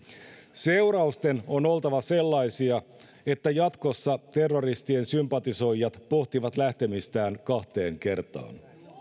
seurausten on oltava sellaisia että jatkossa terroristien sympatisoijat pohtivat lähtemistään kahteen kertaan